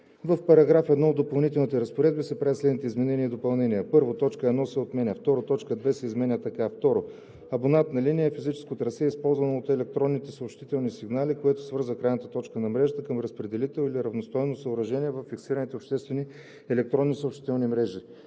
В § 1 от допълнителните разпоредби се правят следните изменения и допълнения: 1. Точка 1 се отменя. 2. Точка 2 се изменя така: „2. „Абонатна линия“ е физическото трасе, използвано от електронните съобщителни сигнали, което свързва крайната точка на мрежата към разпределител или равностойно съоръжение във фиксираните обществени електронни съобщителни мрежи.“